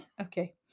Okay